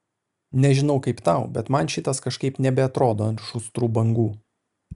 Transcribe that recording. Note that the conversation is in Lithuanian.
nežinau kaip tau bet man šitas kažkaip nebeatrodo ant šustrų bangų